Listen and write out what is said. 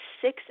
six